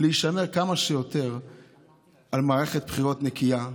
לשמור כמה שיותר על מערכת בחירות נקייה,